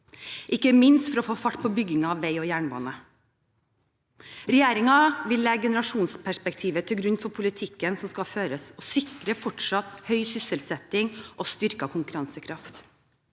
ikke minst for å få fart på byggingen av vei og jernbane. Regjeringen vil legge generasjonsperspektivet til grunn for politikken som skal føres, og sikre fortsatt høy sysselsetting og styrket konkurransekraft.